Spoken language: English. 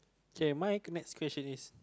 okay my next question is